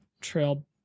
trail